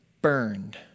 Burned